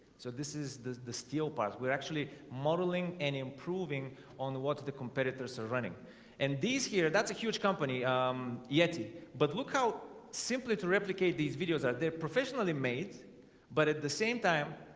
so this is the the steel part we're actually modeling and improving on what the competitors are running and these here that's a huge company um yeti but look how simply to replicate these videos that they're professionally made but at the same time